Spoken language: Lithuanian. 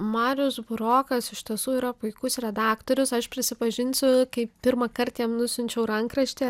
marius burokas iš tiesų yra puikus redaktorius aš prisipažinsiu kai pirmąkart jam nusiunčiau rankraštį ar